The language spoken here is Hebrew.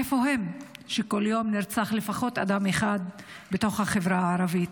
איפה הם כשכל יום נרצח לפחות אדם אחד בתוך החברה הערבית?